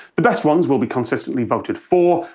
the best ones will be consistently voted for,